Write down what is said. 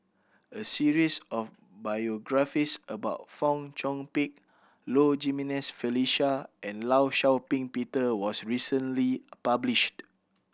a series of biographies about Fong Chong Pik Low Jimenez Felicia and Law Shau Ping Peter was recently published